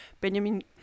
Benjamin